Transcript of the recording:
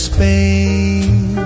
Spain